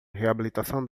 reabilitação